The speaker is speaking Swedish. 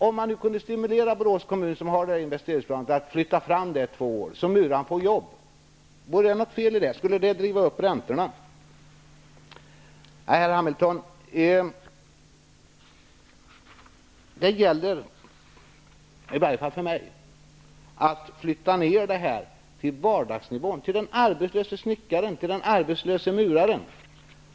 Om man kunde stimulera Borås kommun, som har den här typen av investeringsplaner, att flytta fram starten två år så att t.ex. muraren får arbete, vore det fel? Skulle det driva upp räntorna? Det gäller, i varje fall för mig, Carl B. Hamilton, att flytta ned problematiken till vardagsnivå, till den arbetslöse snickaren och muraren.